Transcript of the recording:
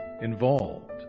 involved